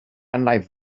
unlike